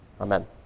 Amen